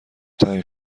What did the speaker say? تنگ